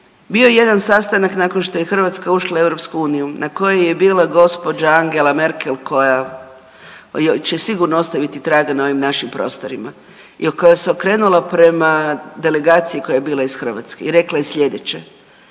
Bio je jedan sastanak nakon što je Hrvatska ušla u EU na kojoj je bila gđa. Angela Merkel koja će sigurno ostaviti traga na ovim našim prostorima i koja se okrenulo prema delegaciji koja je bila iz Hrvatske i rekla je slijedeće.